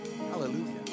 Hallelujah